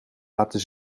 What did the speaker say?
laten